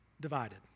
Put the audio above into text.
Divided